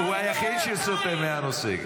בוא נעשה הכול.